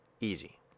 easy